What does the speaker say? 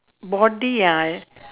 body ah